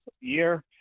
year